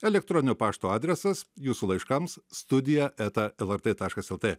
elektronio pašto adresas jūsų laiškams studija eta lrt taškas lt